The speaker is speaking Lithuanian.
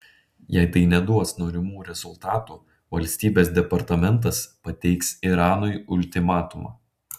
jei tai neduos norimų rezultatų valstybės departamentas pateiks iranui ultimatumą